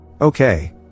Okay